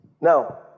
Now